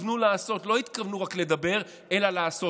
והתכוונו לעשות, לא התכוונו רק לדבר אלא לעשות.